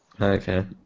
Okay